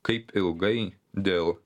kaip ilgai dėl